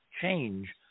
change